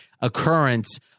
occurrence